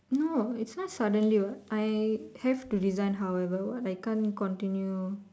no it's not suddenly what I have to resign however what I can't continue